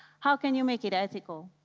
how can you make it ethical?